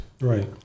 right